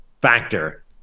factor